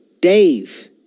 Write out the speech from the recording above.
Dave